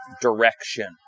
direction